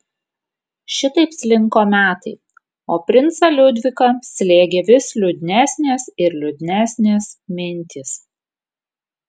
šitaip slinko metai o princą liudviką slėgė vis liūdnesnės ir liūdnesnės mintys